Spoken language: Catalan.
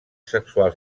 sexuals